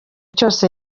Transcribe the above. cyose